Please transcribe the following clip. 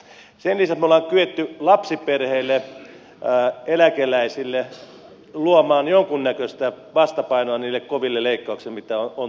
sen lisäksi me olemme kyenneet lapsiperheille ja eläkeläisille luomaan jonkunnäköistä vastapainoa niille koville leikkauksille mitä on tulossa